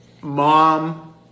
mom